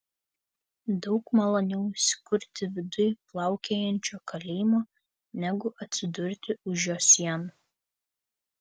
daug maloniau įsikurti viduj plaukiančiojo kalėjimo negu atsidurti už jo sienų